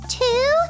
two